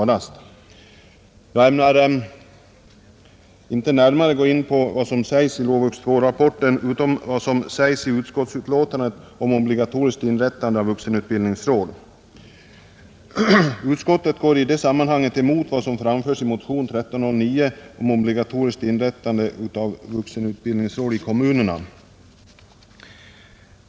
Jag ämnar inte närmare gå in på vad som sägs i LOVUX II rapporten utom när det gäller vad man i utskottsbetänkandet uttalar om obligatoriskt inrättande av vuxenutbildningsråd. Utskottet går i det sammanhanget emot vad som anförs i motion 1309 om obligatoriskt inrättande av vuxenutbildningsråd i kommunerna.